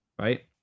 right